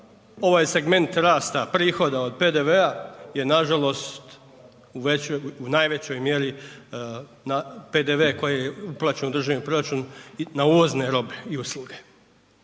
ovaj segment rasta prohoda od PDV-a je nažalost u najvećoj mjeri na PDV koji uplaćen u državni proračun, na uvozne robe i usluge,